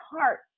heart